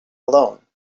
alone